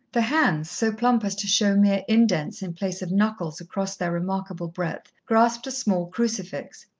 the hands, so plump as to show mere indents in place of knuckles across their remarkable breadth, grasped a small crucifix.